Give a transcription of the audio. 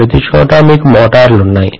ప్రతిచోటా మీకు మోటార్లు ఉన్నాయి